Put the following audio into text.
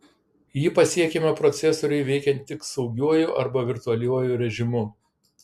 ji pasiekiama procesoriui veikiant tik saugiuoju arba virtualiuoju režimu